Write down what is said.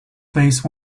base